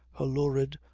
her lurid,